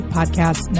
Podcast